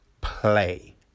Play